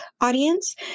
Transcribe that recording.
audience